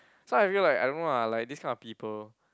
so I feel like I don't know ah like this kind of people